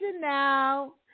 now